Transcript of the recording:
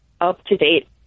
up-to-date